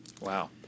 Wow